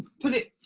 put it,